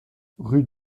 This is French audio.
rue